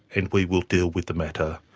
and we will deal with the matter.